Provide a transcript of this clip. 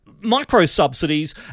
micro-subsidies